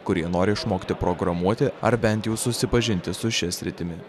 kurie nori išmokti programuoti ar bent jau susipažinti su šia sritimi